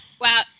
Wow